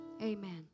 Amen